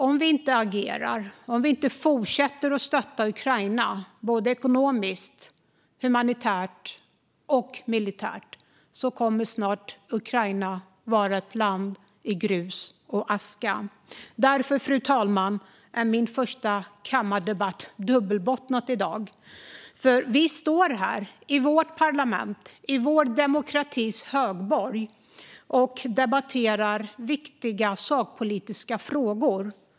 Om vi inte agerar, om vi inte fortsätter att stötta Ukraina ekonomiskt, humanitärt och militärt, kommer snart Ukraina att vara ett land i grus och aska. Därför, fru talman, är min första kammardebatt efter invasionen dubbelbottnad. Vi står här i vårt parlament, i vår demokratis högborg, och debatterar viktiga sakpolitiska frågor.